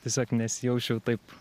tiesiog nesijausčiau taip